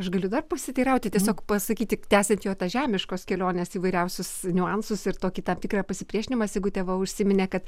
aš galiu dar pasiteirauti tiesiog pasakyti tęsiant jo tą žemiškos kelionės įvairiausius niuansus ir tokį tą tikrą pasipriešinimą sigutė va užsiminė kad